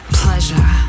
pleasure